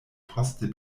poste